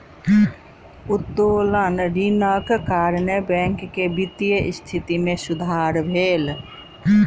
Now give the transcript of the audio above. उत्तोलन ऋणक कारणेँ बैंक के वित्तीय स्थिति मे सुधार भेल